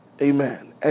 Amen